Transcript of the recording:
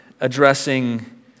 addressing